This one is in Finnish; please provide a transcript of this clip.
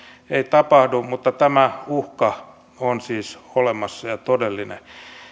ei tapahdu mutta tämä uhka on siis olemassa ja todellinen